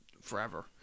forever